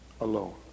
alone